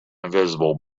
invisible